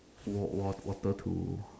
war war water to